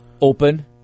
open